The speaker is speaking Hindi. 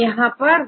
यह कितने हैं